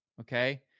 okay